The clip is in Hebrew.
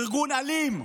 ארגון אלים,